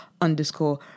underscore